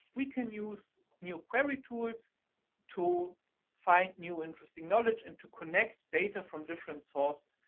we can use new query tools to find new, interesting knowledge, and to connect data from different sources.